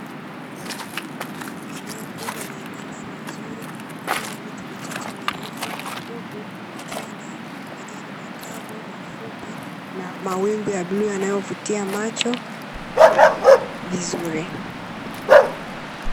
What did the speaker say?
Eneo kubwa lenye mandhari nzuri likiwa na miti michache mirefu huku likiwa na majani makavu mafupi na mawingu ya bluu yanayovutia macho vizuri.